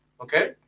Okay